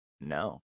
No